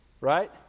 Right